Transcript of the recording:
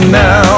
now